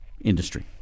industry